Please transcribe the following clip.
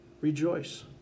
rejoice